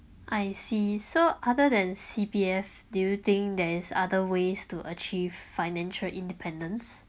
I see so other than C_P_F do you think there is other ways to achieve financial independence